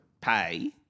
pay